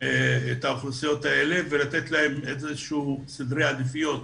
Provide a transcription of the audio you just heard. את האוכלוסיות האלה ולתת להן איזה שהם סדרי עדיפויות